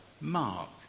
Mark